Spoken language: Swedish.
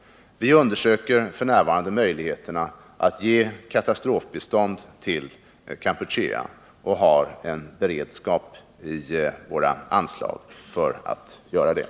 Vi undersöker f. n. möjligheterna att ge katastrofbistånd till Kampuchea och har en beredskap härför i våra anslag.